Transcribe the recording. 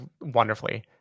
wonderfully